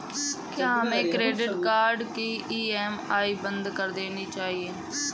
क्या हमें credit card की ई.एम.आई बंद कर देनी चाहिए?